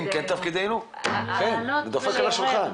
אם כן תפקידכם, אני דופק על השולחן.